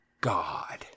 God